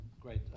Great